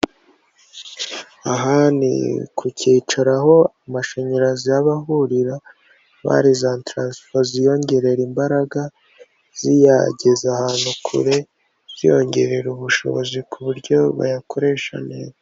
Aha ni ku cyicaro aho amashanyarazi aba ahurira, haba hari za taransifo ziyongerera imbaraga, ziyageza ahantu kure, ziyongerera ubushobozi ku buryo bayakoresha neza.